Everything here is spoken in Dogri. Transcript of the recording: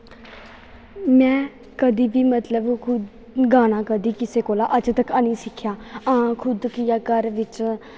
में कदें बी मतलब गाना कदैं कुसै कोला अज्ज तक्कर निं सिक्खेआ हां खुद गै घर बिच्च